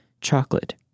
Chocolate